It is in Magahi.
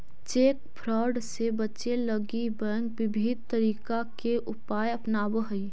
चेक फ्रॉड से बचे लगी बैंक विविध तरीका के उपाय अपनावऽ हइ